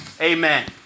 Amen